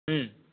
હમ